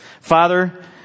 Father